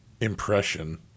impression